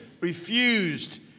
refused